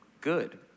good